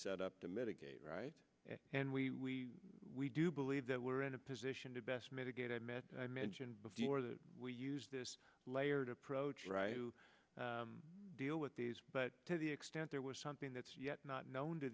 set up to mitigate right and we we do believe that we're in a position to best mitigate a method i mentioned before that we used this layered approach to deal with these but to the extent there was something that's yet not known to